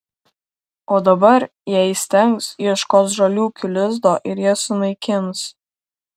o dabar jei įstengs ieškos žaliūkių lizdo ir jas sunaikins